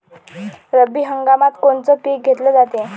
रब्बी हंगामात कोनचं पिक घेतलं जाते?